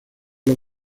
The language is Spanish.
los